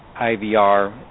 IVR